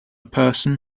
person